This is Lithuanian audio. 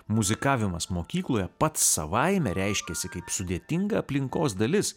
muzikavimas mokykloje pats savaime reiškiasi kaip sudėtinga aplinkos dalis